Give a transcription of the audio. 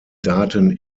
daten